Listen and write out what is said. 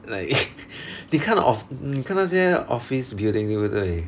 like they kind of 你看那些 office building 对不对